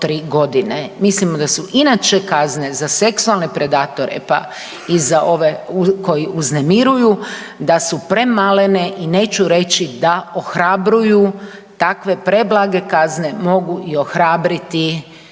Mislimo da su inače kazne za seksualne predatore, pa i za ove koji uznemiruju, da su premalene i neću reći da ohrabruju takve preblage kazne, mogu i ohrabriti